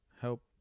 help